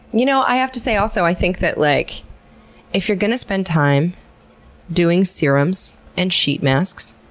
you know, i have to say also, i think that like if you're gonna spend time doing serums and sheet masks,